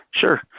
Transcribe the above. Sure